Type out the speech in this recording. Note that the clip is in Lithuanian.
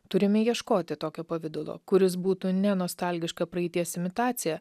turime ieškoti tokio pavidalo kuris būtų ne nostalgiška praeities imitacija